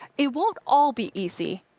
it won't all be easy.